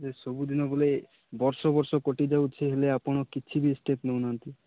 ହେଲେ ସବୁଦିନ ବୋଲେ ବର୍ଷ ବର୍ଷ କଟି ଯାଉଛି ହେଲେ ଆପଣ କିଛି ବି ଷ୍ଟେପ୍ ନେଉନାହାନ୍ତି